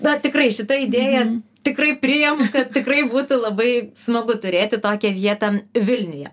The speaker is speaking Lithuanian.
na tikrai šita idėja tikrai priimu kad tikrai būtų labai smagu turėti tokią vietą vilniuje